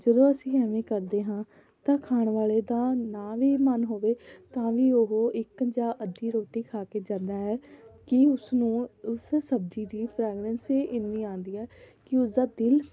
ਜਦੋਂ ਅਸੀਂ ਐਵੇਂ ਕਰਦੇ ਹਾਂ ਤਾਂ ਖਾਣ ਵਾਲੇ ਦਾ ਨਾ ਵੀ ਮਨ ਹੋਵੇ ਤਾਂ ਵੀ ਉਹ ਇੱਕ ਜਾਂ ਅੱਧੀ ਰੋਟੀ ਖਾ ਕੇ ਜਾਂਦਾ ਹੈ ਕਿ ਉਸਨੂੰ ਉਸ ਸਬਜ਼ੀ ਦੀ ਫ੍ਰੈਗਰੈਂਸ ਹੀ ਇੰਨੀ ਆਉਂਦੀ ਹੈ ਕਿ ਉਸਦਾ ਦਿਲ